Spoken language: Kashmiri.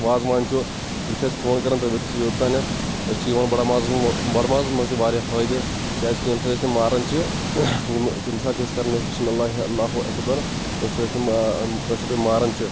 وازٕوان چھُ تِم چھِ اسہِ فون کران تُہۍ وٲتِو سا یوٚتام أسۍ چھِ یِوان بَڈ مازَس بَڈ مازَس منٛز تہِ واریاہ فٲیِدٕ کیٛازِ کہِ ییٚمہِ ساتہٕ أسۍ سُہ ماران چھِ تمہِ ساتہٕ چھِ أسۍ کران بِسمِہ للہِ اَللہُ اَکبر ییٚمہِ ساتہٕ سُہ أسۍ ما کٲشِرۍ پٲٹھۍ ماران چھِ